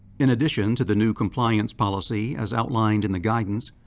in addition to the new compliance policy as outlined in the guidance,